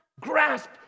grasp